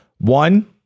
one